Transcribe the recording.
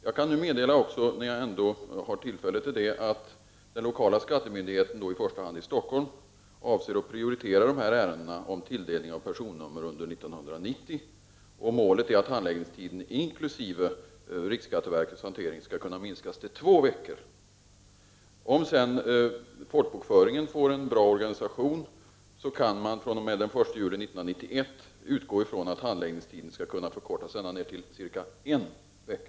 När jag nu har tillfälle till det, kan jag också meddela att den lokala skattemyndigheten, i första hand i Stockholm, avser att prioritera ärendena om tilldelning av personnummer under 1990, och målet är att handläggningstiden inkl. riksskatteverkets hantering skall kunna minskas till två veckor. Om folkbokföringen sedan får en bra organisation kan man utgå från att hand läggningstiden fr.o.m. den 1 juli 1991 skall kunna förkortas ända ner till en vecka.